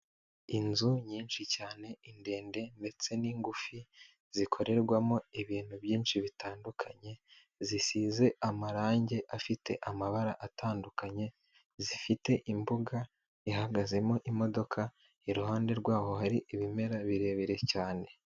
Inzu nyinshi cyane, indende ndetse n'ingufi zikorerwamo ibintu byinshi bitandukanye, zisize amarangi afite amabara atandukanye, zifite imbuga ihagazemo imodoka, iruhande rwaho hari ibimera birebire cyane.